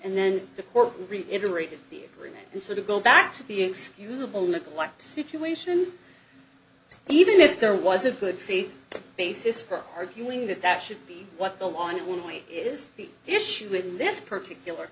in the agreement and sort of go back to the excusable neglect situation even if there was a good faith basis for arguing that that should be what the law on one point is the issue in this particular